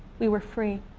we were free.